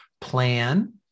plan